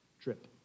trip